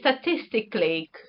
statistically